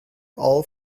all